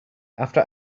after